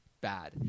bad